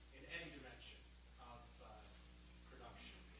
in any dimension of production,